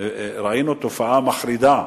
ראינו תופעה מחרידה.